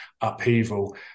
upheaval